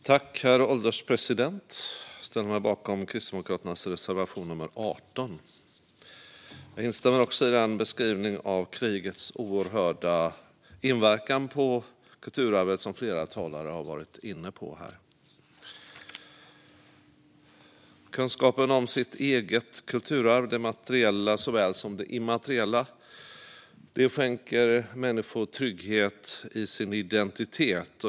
Herr ålderspresident! Jag ställer mig bakom Kristdemokraternas reservation nummer 18. Jag instämmer i den beskrivning av krigets oerhörda inverkan på kulturarvet som flera talare här har varit inne på. Kunskapen om sitt eget kulturarv, det materiella såväl som det immateriella, skänker människor trygghet i deras identitet.